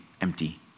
empty